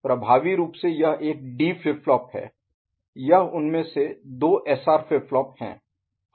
प्रभावी रूप से यह एक डी फ्लिप फ्लॉप है यह उनमें से दो एसआर फ्लिप फ्लॉप हैं